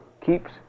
keeps